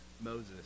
Moses